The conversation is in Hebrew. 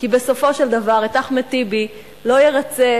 כי בסופו של דבר את אחמד טיבי לא ירַצה